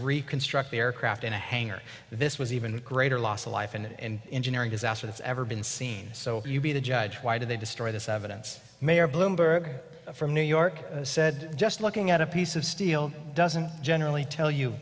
reconstruct the aircraft in a hangar this was even a greater loss of life and engineering disaster that's ever been seen so you be the judge why did they destroy this evidence mayor bloomberg from new york said just looking at a piece of steel doesn't generally tell you